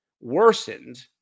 worsened